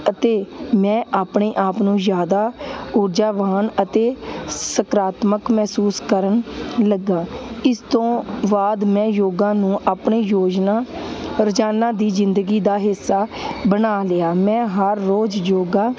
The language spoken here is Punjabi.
ਅਤੇ ਮੈਂ ਆਪਣੇ ਆਪ ਨੂੰ ਜ਼ਿਆਦਾ ਊਰਜਾਵਾਨ ਅਤੇ ਸਕਾਰਾਤਮਕ ਮਹਿਸੂਸ ਕਰਨ ਲੱਗਿਆ ਇਸ ਤੋਂ ਬਾਅਦ ਮੈਂ ਯੋਗਾ ਨੂੰ ਆਪਣੇ ਯੋਜਨਾ ਰੋਜ਼ਾਨਾ ਦੀ ਜ਼ਿੰਦਗੀ ਦਾ ਹਿੱਸਾ ਬਣਾ ਲਿਆ ਮੈਂ ਹਰ ਰੋਜ਼ ਯੋਗਾ